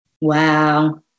Wow